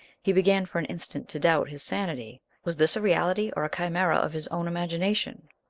he began for an instant to doubt his sanity was this a reality or a chimera of his own imagination?